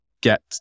get